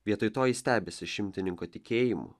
vietoj to jis stebisi šimtininko tikėjimu